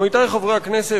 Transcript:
עמיתי חברי הכנסת,